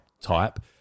type